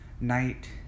night